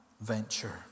venture